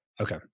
Okay